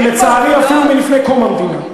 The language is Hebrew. ולצערי אפילו גם לפני קום המדינה.